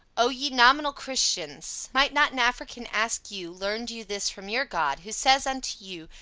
o, ye nominal christians! might not an african ask you, learned you this from your god, who says unto you,